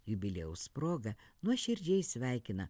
jubiliejaus proga nuoširdžiai sveikina